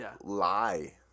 lie